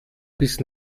bis